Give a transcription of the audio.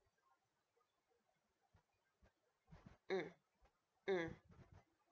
mm mm